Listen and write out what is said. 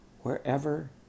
wherever